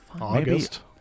August